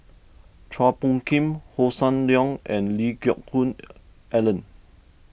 Chua Phung Kim Hossan Leong and Lee Geck Hoon Ellen